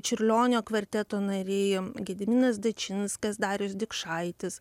čiurlionio kvarteto nariai gediminas dačinskas darius dikšaitis